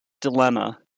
dilemma